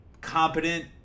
competent